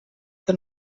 que